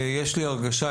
יש לי הרגשה,